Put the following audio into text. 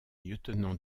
lieutenant